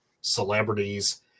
celebrities